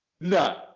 No